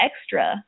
extra